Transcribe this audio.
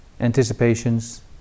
anticipations